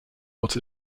but